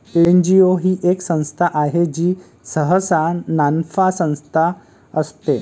NGO ही एक संस्था आहे जी सहसा नानफा संस्था असते